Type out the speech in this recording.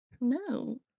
No